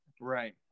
right